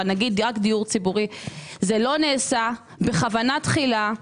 נגיד גג דיור ציבורי - זה לא נעשה בכוונה תחילה.